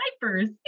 diapers